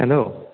hello